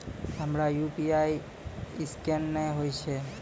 हमर UPI scan नेय हो या?